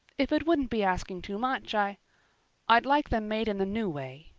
if it wouldn't be asking too much i i'd like them made in the new way.